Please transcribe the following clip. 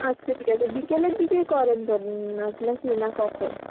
আচ্ছা ঠিক আছে বিকেলের দিকে করেন তো আপনি নাচ নাকি না কখন